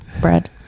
bread